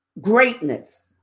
greatness